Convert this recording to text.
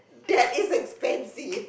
that is expensive